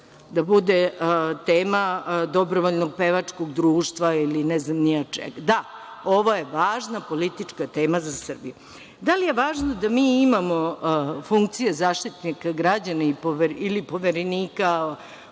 Da bude tema dobrovoljnog pevačkog društva, ili ne znam ni ja čega? Da, ovo je važna politička tema za Srbiju. Da li je važno da mi imamo funkcije Zaštitnika građana ili Poverenika za